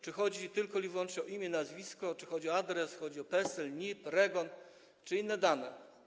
Czy chodzi tylko i wyłącznie o imię i nazwisko, czy chodzi o adres, PESEL, NIP, REGON czy inne dane?